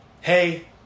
hey